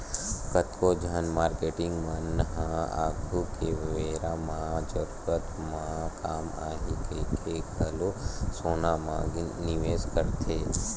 कतको झन मारकेटिंग मन ह आघु के बेरा म जरूरत म काम आही कहिके घलो सोना म निवेस करथे